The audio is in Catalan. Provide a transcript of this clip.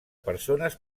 persones